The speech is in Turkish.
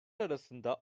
arasında